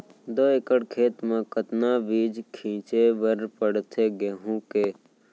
दो एकड़ खेत म कतना बीज छिंचे बर पड़थे गेहूँ के?